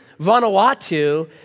Vanuatu